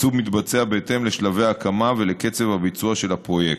התקצוב מתבצע בהתאם לשלבי ההקמה ולקצב הביצוע של הפרויקט.